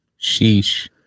sheesh